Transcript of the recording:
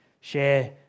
share